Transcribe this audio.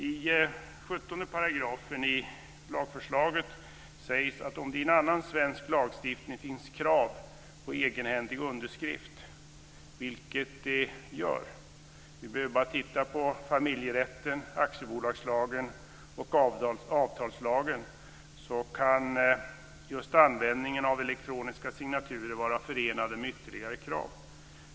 I 17 § i lagförslaget sägs att om det i annan svensk lagstiftning finns krav på egenhändig underskrift, vilket det gör - vi behöver bara titta på familjerätten, aktiebolagslagen och avtalslagen - kan användningen av elektroniska signaturer vara förenad med ytterligare krav.